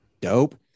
Dope